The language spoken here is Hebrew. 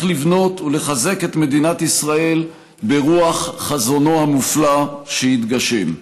לבנות ולחזק את מדינת ישראל ברוח חזונו המופלא שהתגשם.